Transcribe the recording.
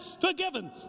forgiven